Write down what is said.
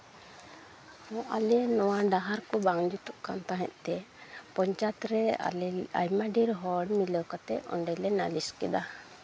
ᱟᱞᱮ ᱱᱚᱣᱟ ᱰᱟᱦᱟᱨ ᱠᱚ ᱵᱟᱝ ᱡᱩᱛᱩᱜ ᱠᱟᱱ ᱛᱟᱦᱮᱫ ᱛᱮ ᱯᱚᱧᱪᱟᱭᱮᱛ ᱨᱮ ᱟᱞᱮ ᱟᱭᱢᱟ ᱰᱷᱮᱨ ᱦᱚᱲ ᱢᱤᱞᱟᱹᱣ ᱠᱟᱛᱮ ᱚᱸᱰᱮᱞᱮ ᱱᱟᱹᱞᱤᱥ ᱠᱮᱫᱟ